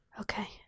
Okay